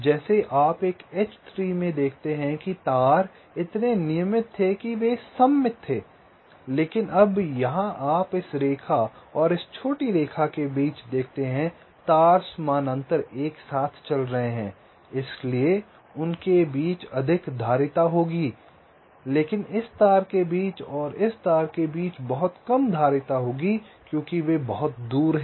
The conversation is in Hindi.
जैसे आप एक एच ट्री में देखते हैं कि तार इतने नियमित थे कि वे सममित थे लेकिन अब यहाँ आप इस रेखा और इस छोटी रेखा के बीच देखते हैं तार समानांतर एक साथ चल रहे हैं इसलिए उनके बीच अधिक धारिता होगी लेकिन इस तार के बीच और इस तार में बहुत कम धारिता होगी वे बहुत दूर हैं